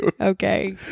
Okay